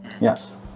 Yes